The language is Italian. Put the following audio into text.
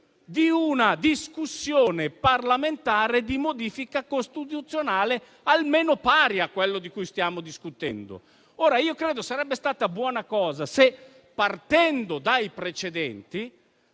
di una discussione parlamentare di modifica costituzionale almeno pari a quello di cui stiamo discutendo. Io credo sarebbe stata buona cosa se, partendo dai precedenti,